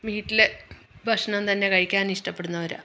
വീട്ടിലെ ഭക്ഷണം തന്നെ കഴിക്കാന് ഇഷ്ടപ്പെടുന്നവരാണ്